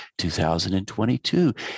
2022